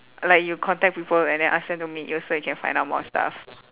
like you contact people and then ask them to meet you so you can find out more stuff